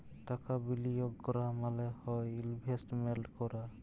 টাকা বিলিয়গ ক্যরা মালে হ্যয় ইলভেস্টমেল্ট ক্যরা